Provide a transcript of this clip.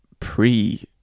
pre